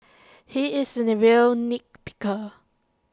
he is A real nit picker